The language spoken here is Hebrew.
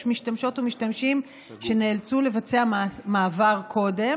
יש משתמשות ומשתמשים שנאלצו לבצע מעבר קודם